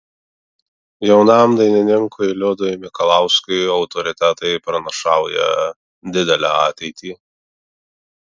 jaunam dainininkui liudui mikalauskui autoritetai pranašauja didelę ateitį